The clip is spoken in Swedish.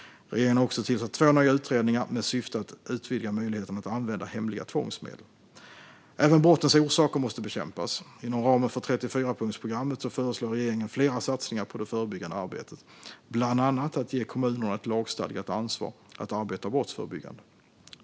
Regeringen har också tillsatt två nya utredningar med syfte att utvidga möjligheten att använda hemliga tvångsmedel. Även brottens orsaker måste bekämpas. Inom ramen för 34-punktsprogrammet föreslår regeringen flera satsningar på det förebyggande arbetet, bland annat att ge kommunerna ett lagstadgat ansvar att arbeta brottsförebyggande.